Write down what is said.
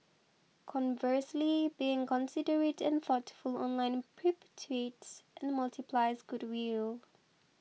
conversely being considerate and thoughtful online perpetuates and multiplies goodwill